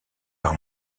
par